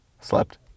slept